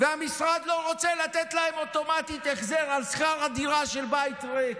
והמשרד לא רוצה לתת להם אוטומטית החזר על שכר הדירה של בית ריק.